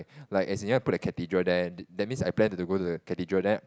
like as in you want to put the cathedral there that that means I plan to go to the cathedral there